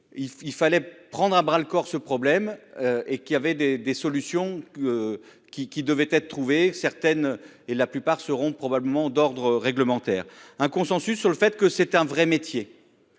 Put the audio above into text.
Il fallait prendre à bras le corps ce problème et qui avait des, des solutions. Qui, qui devait être trouvé certaines et la plupart seront probablement d'ordre réglementaire, un consensus sur le fait que c'est un vrai métier.